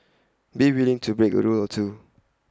be willing to break A rule or two